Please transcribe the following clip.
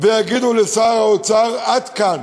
ויגידו לשר האוצר: עד כאן.